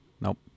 Nope